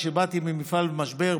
שבאתי ממפעל במשבר,